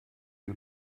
you